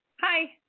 Hi